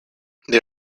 they